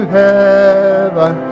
heaven